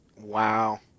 Wow